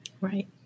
Right